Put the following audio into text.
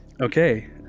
Okay